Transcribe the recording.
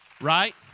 Right